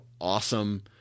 awesome